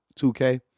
2K